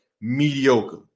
mediocre